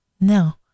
No